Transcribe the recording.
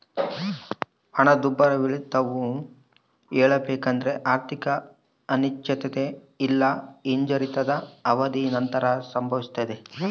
ಹಣದುಬ್ಬರವಿಳಿತವು ಹೇಳಬೇಕೆಂದ್ರ ಆರ್ಥಿಕ ಅನಿಶ್ಚಿತತೆ ಇಲ್ಲಾ ಹಿಂಜರಿತದ ಅವಧಿಯ ನಂತರ ಸಂಭವಿಸ್ತದೆ